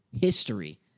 history